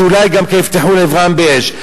אולי גם יפתחו לעברם באש.